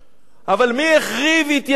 אבל מי החריב התיישבות,